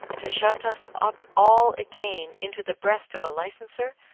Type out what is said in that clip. to shut us up all again into the breast of a licenser,